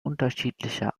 unterschiedlicher